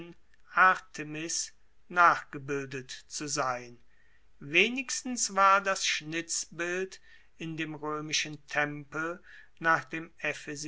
artemis nachgebildet zu sein wenigstens war das schnitzbild in dem roemischen tempel nach dem